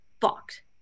fucked